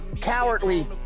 cowardly